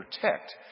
protect